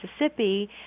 Mississippi